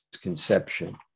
conception